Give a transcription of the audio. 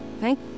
Thank